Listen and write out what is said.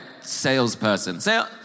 salesperson